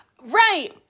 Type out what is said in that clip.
Right